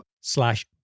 slash